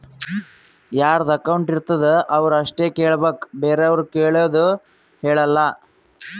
ಯಾರದು ಅಕೌಂಟ್ ಇರ್ತುದ್ ಅವ್ರು ಅಷ್ಟೇ ಕೇಳ್ಬೇಕ್ ಬೇರೆವ್ರು ಕೇಳ್ದೂರ್ ಹೇಳಲ್ಲ